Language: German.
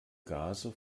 gase